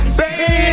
baby